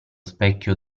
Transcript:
specchio